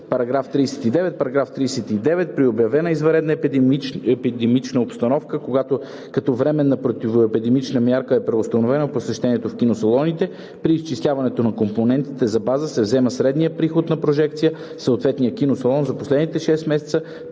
§ 39: „§ 39. При обявена извънредна епидемична обстановка, когато като временна противоепидемична мярка е преустановено посещението в киносалоните, при изчисляване на компонентите за база се взема средния приход на прожекция в съответния киносалон за последните 6 месеца,